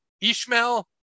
Ishmael